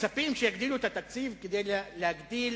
מצפים שיגדילו את התקציב כדי להגדיל